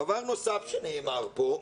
דבר נוסף שנאמר פה,